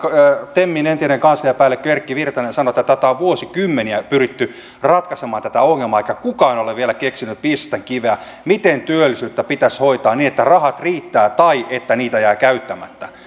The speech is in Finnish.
temin entinen kansliapäällikkö erkki virtanen sanoi että on vuosikymmeniä pyritty ratkaisemaan tätä ongelmaa eikä kukaan ole vielä keksinyt viisasten kiveä miten työllisyyttä pitäisi hoitaa niin että rahat riittävät tai että niitä jää käyttämättä